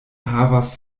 havas